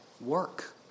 work